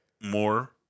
more